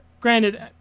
granted